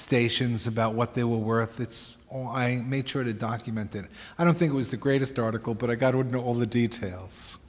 stations about what they were worth that's all i made sure to document that i don't think was the greatest article but i got to know all the details